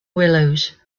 willows